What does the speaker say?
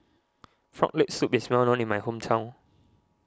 Frog Leg Soup is well known in my hometown